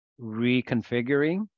reconfiguring